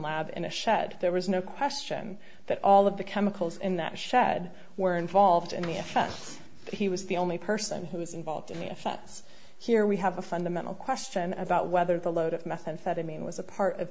lab in a shed there was no question that all of the chemicals in that shed were involved in the if he was the only person who is involved in the offense here we have a fundamental question about whether the load of methamphetamine was a part of